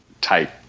type